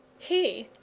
he,